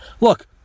Look